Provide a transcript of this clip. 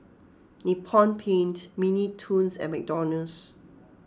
Nippon Paint Mini Toons and McDonald's